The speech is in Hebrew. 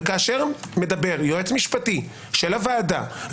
וכאשר מדבר יועץ משפטי של הוועדה,